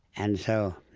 and so